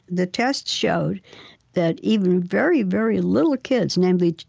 the test showed that even very, very little kids namely,